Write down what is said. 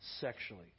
sexually